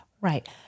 Right